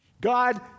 God